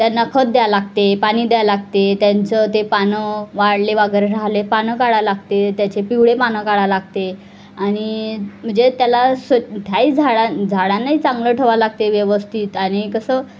त्यांना खत द्यावं लागते पाणी द्यावं लागते त्यांचं ते पानं वाढले वगैरे राहिले पानं काढावे लागते त्याचे पिवळे पानं काढावे लागते आणि म्हणजे त्याला स्व त्याही झाडां झाडांनाही चांगलं ठेवावं लागते व्यवस्थित आणि कसं